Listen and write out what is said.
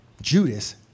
Judas